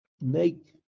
make